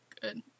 Good